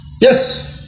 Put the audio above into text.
Yes